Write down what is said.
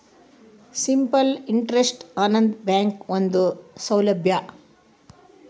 simple interest ಆನದು ಬ್ಯಾಂಕ್ನ ಒಂದು ಸೌಲಬ್ಯಾ